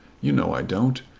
you know i don't.